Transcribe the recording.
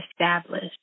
established